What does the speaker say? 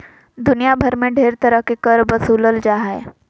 दुनिया भर मे ढेर तरह के कर बसूलल जा हय